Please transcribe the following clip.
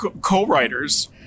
co-writers